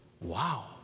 Wow